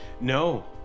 No